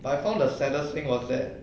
but I found the saddest thing was that